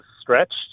stretched